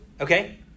Okay